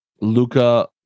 Luca